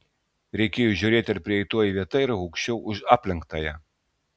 reikėjo žiūrėti ar prieitoji vieta yra aukščiau už aplenktąją